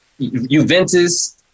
Juventus